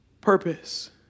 purpose